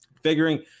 figuring